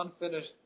unfinished